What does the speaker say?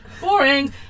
Boring